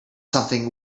something